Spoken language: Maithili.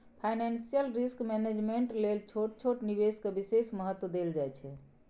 फाइनेंशियल रिस्क मैनेजमेंट लेल छोट छोट निवेश के विशेष महत्व देल जाइ छइ